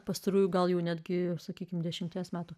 pastarųjų gal jų netgi sakykime dešimties metų